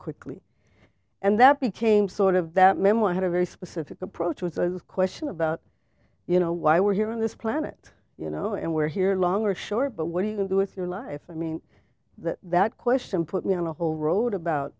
quickly and that became sort of that memoir had a very specific approach was a question about you know why we're here on this planet you know and we're here longer short but what do you do with your life i mean that question put me on a whole road about